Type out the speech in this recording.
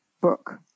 book